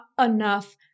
enough